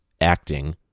acting